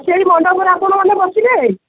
ସେହି ମଣ୍ଡପରେ ଆପଣମାନେ ବସିବେ